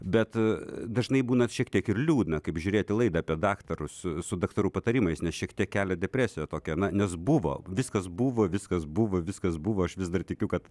bet dažnai būna šiek tiek ir liūdna kaip žiūrėti laidą apie daktarus su daktarų patarimais nes šiek tiek kelia depresiją tokią na nes buvo viskas buvo viskas buvo viskas buvo aš vis dar tikiu kad